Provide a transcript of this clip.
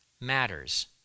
matters